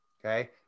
Okay